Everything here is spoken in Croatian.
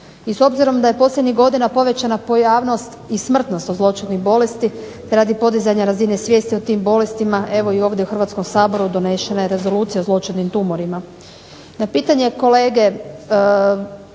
I s obzirom da je posljednjih godina povećana pojavnost i smrtnost od zloćudnih bolesti te radi podizanja razine svijesti o tim bolestima evo i ovdje u Hrvatskom saboru donešena je Rezolucija o zloćudnim tumorima. Na pitanje kolege